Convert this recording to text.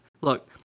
Look